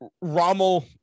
Rommel